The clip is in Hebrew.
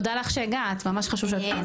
תודה לך שהגעת ממש חשוב שאת פה.